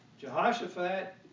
Jehoshaphat